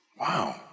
Wow